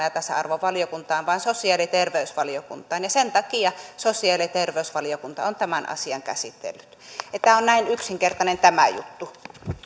ja tasa arvovaliokuntaan vaan sosiaali ja terveysvaliokuntaan ja sen takia sosiaali ja terveysvaliokunta on tämän asian käsitellyt tämä on näin yksinkertainen tämä juttu